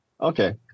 Okay